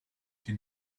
she